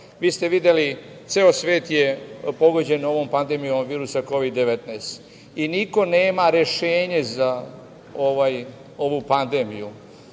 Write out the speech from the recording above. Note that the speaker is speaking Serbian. ste videli, ceo svet je pogođen ovom pandemijom virusa Kovid-19 i niko nema rešenje za ovu pandemiju.